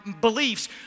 beliefs